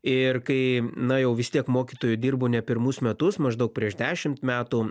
ir kai na jau vis tiek mokytoju dirbu ne pirmus metus maždaug prieš dešimt metų